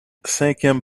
cinquième